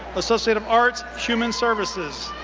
associate of arts, human services.